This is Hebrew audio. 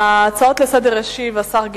הצעות לסדר-היום שמספרן 3060,